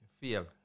feel